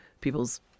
people's